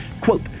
Quote